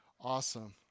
Awesome